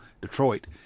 Detroit